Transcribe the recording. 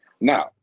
Now